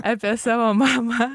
apie savo mamą